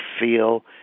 feel